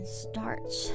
starts